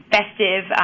festive